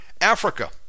Africa